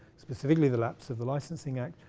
specifically the lapse of the licensing act,